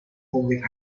public